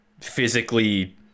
physically